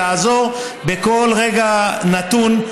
לעזור בכל רגע נתון,